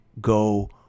go